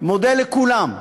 מודה לכולם,